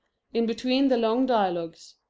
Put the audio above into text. in between the long dialogues.